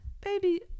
baby